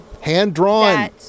Hand-drawn